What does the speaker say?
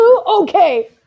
Okay